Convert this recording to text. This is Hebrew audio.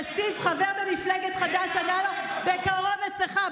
כסיף, חבר במפלגת חד"ש, ענה לו: "בקרוב אצלך".